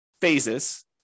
phases